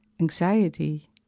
anxiety